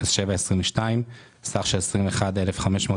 סיוע לבתי משפט ותקון,